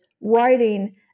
writing